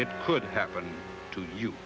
it could happen to you